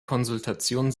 konsultation